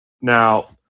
Now